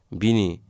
bini